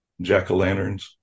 jack-o'-lanterns